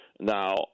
Now